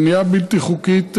בנייה בלתי חוקית תיהרס.